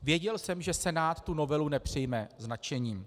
Věděl jsem, že Senát tu novelu nepřijme s nadšením.